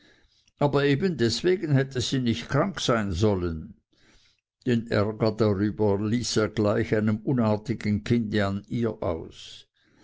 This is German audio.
aber eben deswegen hätte sie nicht krank sein sollen den ärger darüber ließ er gleich einem unartigen kinde an ihr aus